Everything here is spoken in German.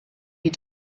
die